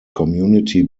community